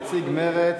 נציג מרצ,